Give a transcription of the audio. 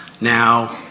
Now